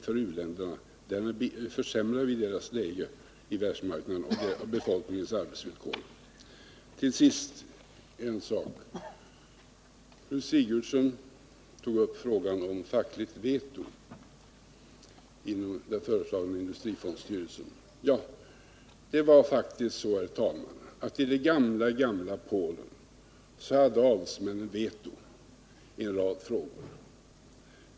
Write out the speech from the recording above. Med sådana skulle vi försämra deras läge på världsmarknaden och befolkningens arbetsvillkor. Fru Sigurdsen tog upp frågan om fackligt veto i den föreslagna industrifondstyrelsen. Det var faktiskt så, herr talman, att i det gamla Polen hade adelsmännen veto i en rad frågor.